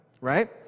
right